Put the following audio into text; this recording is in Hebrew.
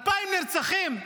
2,000 נרצחים.